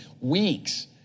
weeks